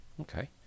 Okay